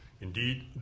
indeed